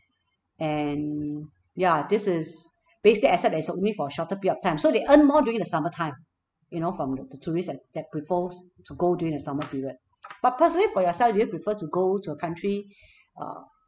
and ya this is basically except that it is only for a shorter period of time so they earn more during the summertime you know from the tourists that that prefers to go during the summer period but personally for yourself do you prefer to go to a country uh